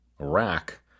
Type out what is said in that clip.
Iraq